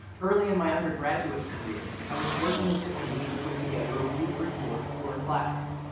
early in my undergraduate career i was working with a team to put together a group report for a class.